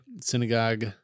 Synagogue